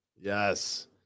Yes